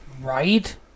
Right